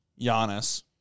Giannis